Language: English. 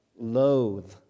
loathe